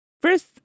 first